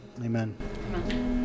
Amen